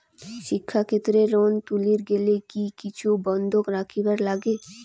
শিক্ষাক্ষেত্রে লোন তুলির গেলে কি কিছু বন্ধক রাখিবার লাগে?